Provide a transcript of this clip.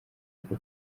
kuko